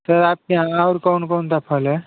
sir आपके यहाँ और कौन कौन सा फल है